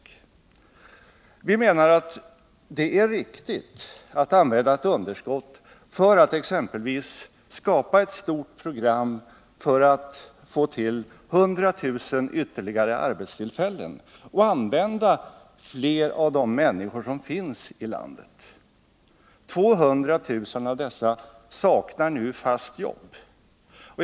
Enligt vår mening är det riktigt att använda ett underskott för att exempelvis skapa ett stort program för att få 100 000 ytterligare arbetstillfällen och använda flera av de människor som finns i landet. 200 000 personer saknar nu fast arbete.